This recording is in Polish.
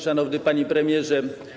Szanowny Panie Premierze!